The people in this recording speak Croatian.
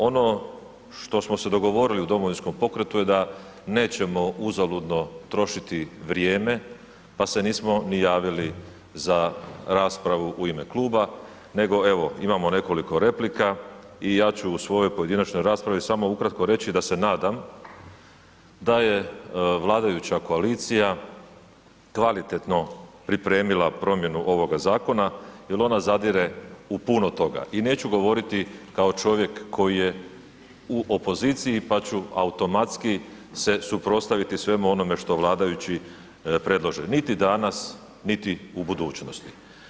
Ono što smo se dogovorili u Domovinskom pokretu je da nećemo uzaludno trošiti vrijeme, pa se nismo ni javili za raspravu u ime kluba nego evo imamo nekoliko replika i ja ću u svojoj pojedinačnoj raspravi samo ukratko reći da se nadam da je vladajuća koalicija kvalitetno pripremila promjenu ovoga zakona jel ona zadire u puno toga i neću govoriti kao čovjek koji je u opoziciji, pa ću automatski se suprotstaviti svemu onome što vladajući predlože, niti danas, niti u budućnosti.